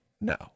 no